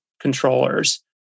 controllers